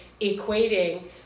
equating